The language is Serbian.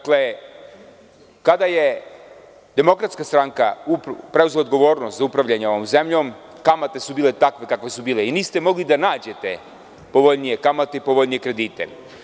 Kada je DS preuzela odgovornost za upravljanje ovom zemljom kamate su bile takve kakve su bile i niste mogli da nađete povoljnije kamate i povoljnije kredite.